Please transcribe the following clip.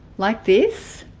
like this